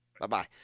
bye-bye